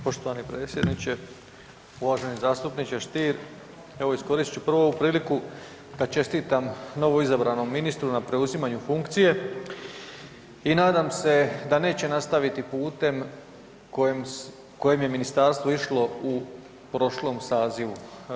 Poštovani potpredsjedniče, uvaženi zastupniče Stier evo iskoristit ću prvo ovu priliku da čestitam novoizabranom ministru na preuzimanju funkcije i nadam se da neće nastaviti putem kojim je ministarstvo išlo u prošlom sazivu.